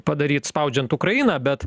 padaryt spaudžiant ukrainą bet